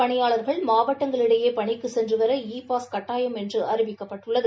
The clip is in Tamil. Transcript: பணியாளர்கள் மாவட்டங்களிடையே பணிக்குச் சென்று வர இ பாஸ் கட்டாயம் என்று அறிவிக்கப்பட்டுள்ளது